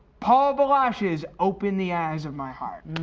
paul the washes, open the eyes of my heart.